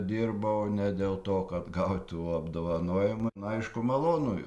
dirbau ne dėl to kad gaut tų apdovanojimų nu aišku malonu